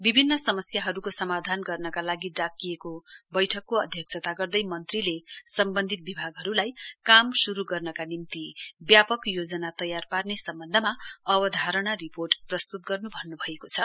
विभिन्न समस्याहरूक समाधान गर्नका लागि डाकिएको बैठकको अध्यक्षता गर्दै मन्त्रीले सम्बन्धित विभागहरूलाई काम श्रू गर्न्का निम्ति व्यापक योजना तयार पार्ने सम्बन्धमा अवधारणा रिपोर्ट प्रस्तुत गर्न् भन्न्भएको छ